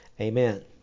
Amen